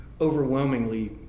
overwhelmingly